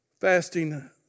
fasting